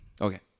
Okay